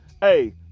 Hey